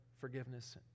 forgiveness